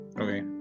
okay